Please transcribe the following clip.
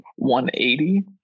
180